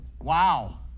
wow